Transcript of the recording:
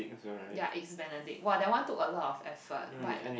their egg's Benedict !wah! that one took a lot of effort but